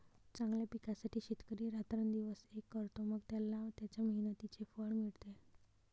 चांगल्या पिकासाठी शेतकरी रात्रंदिवस एक करतो, मग त्याला त्याच्या मेहनतीचे फळ मिळते